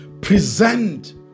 present